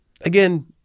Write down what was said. again